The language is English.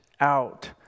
out